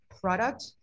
product